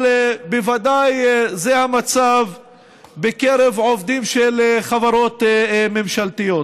אבל בוודאי זה המצב בקרב עובדים של חברות ממשלתיות.